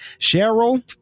Cheryl